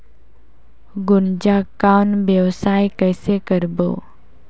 गुनजा कौन व्यवसाय कइसे करबो?